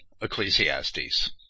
Ecclesiastes